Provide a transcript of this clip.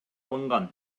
алынган